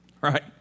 Right